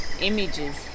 images